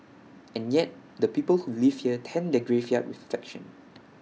and yet the people who live here tend their graveyard with flection